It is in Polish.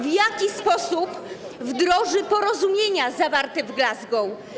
W jaki sposób wdroży porozumienia zawarte w Glasgow?